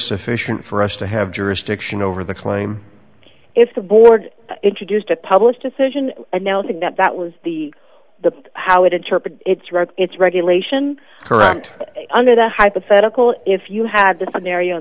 sufficient for us to have jurisdiction over the claim if the board introduced a published decision announcing that that was the the how it interpret its right its regulation correct under the hypothetical if you have the scenario in